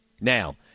Now